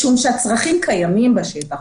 משום שהצרכים קיימים בשטח.